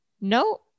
No